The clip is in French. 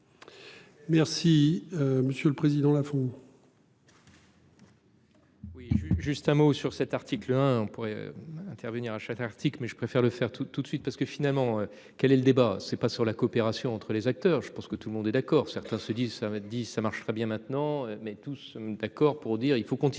Merci. Monsieur le Président la font.